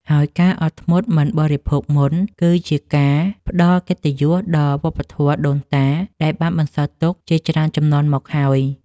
ហើយការអត់ធ្មត់មិនបរិភោគមុន គឺជាការផ្តល់កិត្តិយសដល់វប្បធម៌ដូនតាដែលបានបន្សល់ទុកជាច្រើនជំនាន់មកហើយ។